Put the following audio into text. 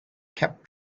kept